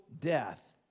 death